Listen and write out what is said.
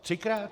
Třikrát?